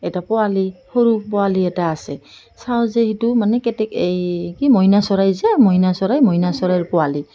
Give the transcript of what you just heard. এটা পোৱালি সৰু পোৱালি এটা আছে চাওঁ যে সেইটো মানে এই কি মইনা চৰাই যে মইনা চৰাই মইনা চৰাইৰ পোৱালি